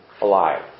alive